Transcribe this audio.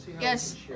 Yes